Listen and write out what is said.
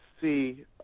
see